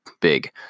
big